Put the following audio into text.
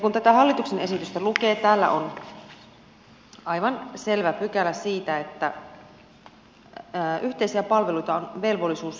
kun tätä hallituksen esitystä lukee täällä on aivan selvä pykälä siitä että yhteisiä palveluita on velvollisuus käyttää